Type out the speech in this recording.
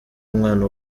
umwana